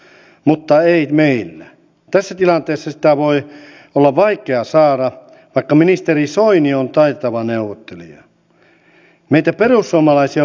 minusta on hienoa että tässä tilanteessa kuitenkin linjaksi on otettu että kokonaisveroaste ei saa vaalikauden aikana nousta